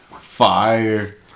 fire